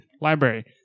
library